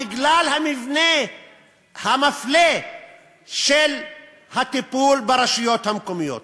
בגלל המבנה המפלה של הטיפול ברשויות המקומיות.